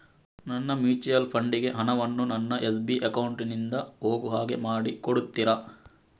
ನನ್ನ mutual fund ಗೆ ಹಣ ವನ್ನು ನನ್ನ ಎಸ್.ಬಿ ಅಕೌಂಟ್ ನಿಂದ ಹೋಗು ಹಾಗೆ ಮಾಡಿಕೊಡುತ್ತೀರಾ?